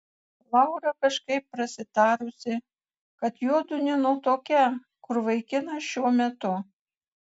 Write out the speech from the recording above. laura kažkaip prasitarusi kad juodu nenutuokią kur vaikinas šiuo metu